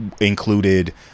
included